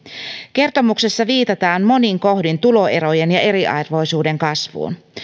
kertomuksessa viitataan monin kohdin tuloerojen ja eriarvoisuuden kasvuun